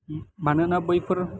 मानोना बैफोर